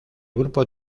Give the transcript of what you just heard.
grupo